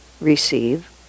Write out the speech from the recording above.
receive